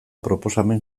proposamen